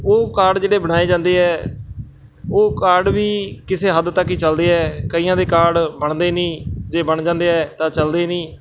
ਉਹ ਕਾਰਡ ਜਿਹੜੇ ਬਣਾਏ ਜਾਂਦੇ ਹੈ ਉਹ ਕਾਰਡ ਵੀ ਕਿਸੇ ਹੱਦ ਤੱਕ ਹੀ ਚੱਲਦੇ ਹੈ ਕਈਆਂ ਦੇ ਕਾਰਡ ਬਣਦੇ ਨਹੀਂ ਜੇ ਬਣ ਜਾਂਦੇ ਹੈ ਤਾਂ ਚੱਲਦੇ ਨਹੀਂ